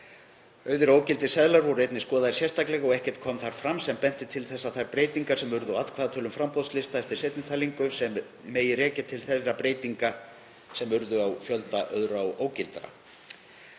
og ógildir seðlar voru einnig skoðaðir sérstaklega og ekkert kom því fram sem benti til þess að þær breytingar sem urðu á atkvæðatölum framboðslista eftir seinni talningu megi rekja til þeirra breytinga sem urðu á fjölda auðra og ógildra